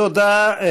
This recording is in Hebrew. תודה.